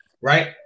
right